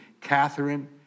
Catherine